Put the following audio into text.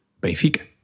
Benfica